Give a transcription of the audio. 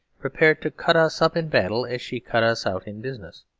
prepared to cut us up in battle as she cut us out in business.